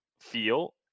feel